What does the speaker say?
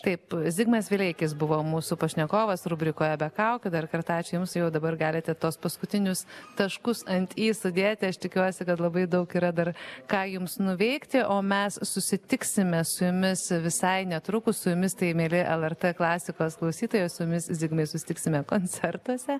taip zigmas vileikis buvo mūsų pašnekovas rubrikoje be kaukių dar kartą ačiū jums jau dabar galite tuos paskutinius taškus ant i sudėti aš tikiuosi kad labai daug yra dar ką jums nuveikti o mes susitiksime su jumis visai netrukus su jumis tai mieli lrt klasikos klausytojai o su jumis zigmai susitiksime koncertuose